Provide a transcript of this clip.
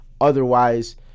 Otherwise